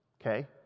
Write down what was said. okay